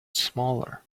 smaller